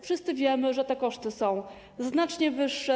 Wszyscy wiemy, że te koszty są znacznie wyższe.